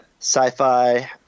sci-fi